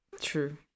True